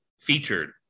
featured